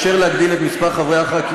הוא מפריע.